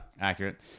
Accurate